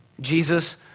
Jesus